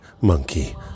monkey